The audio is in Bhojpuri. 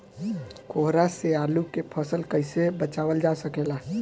कोहरा से आलू के फसल कईसे बचावल जा सकेला?